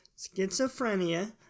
schizophrenia